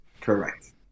Correct